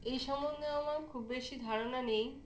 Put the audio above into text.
এই সম্বন্ধে আমার খুব বেশি ধারণা নেই